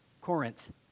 Corinth